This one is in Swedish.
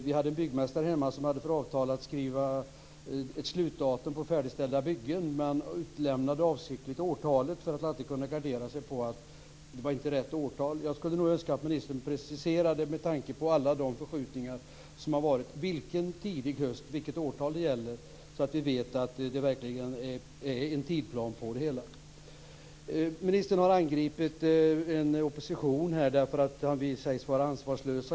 Vi hade en byggmästare hemma som hade för vana att avsiktligt utelämna årtalet när han skrev slutdatum för färdigställning av byggen. Han ville alltid kunna gardera sig om bygget inte blev färdigt rätt år. Jag skulle önska att ministern preciserade detta, med tanke på alla de förskjutningar som har varit. Vilket årtal gäller det? Då får vi veta att det verkligen finns en tidsplan för detta. Ministern har angripit oppositionen. Vi sägs vara ansvarslösa.